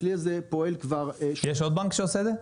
הכלי הזה פועל כבר --- יש עוד בנק שעושה את זה?